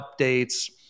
updates